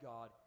God